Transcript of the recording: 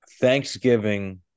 Thanksgiving